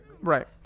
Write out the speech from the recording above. right